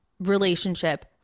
relationship